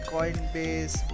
Coinbase